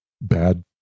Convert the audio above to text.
bad